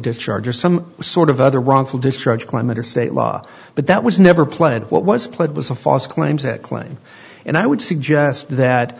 discharge or some sort of other wrongful destroyed climate or state law but that was never pled what was played was a foss claims that claim and i would suggest that